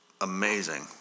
amazing